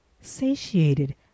satiated